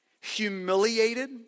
Humiliated